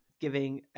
giving